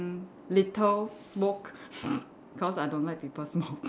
mm litter smoke cause I don't like people smoke